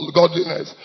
godliness